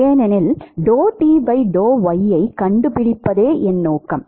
ஏனெனில் யை கண்டுபிடிப்பதே நோக்கம்